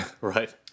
Right